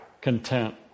content